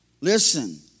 Listen